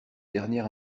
dernière